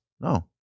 No